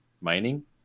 mining